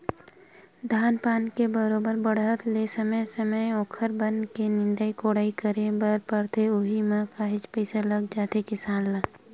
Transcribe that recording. धान पान के बरोबर बाड़हत ले समे समे ओखर बन के निंदई कोड़ई करे बर परथे उहीं म काहेच पइसा लग जाथे किसान ल